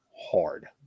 hard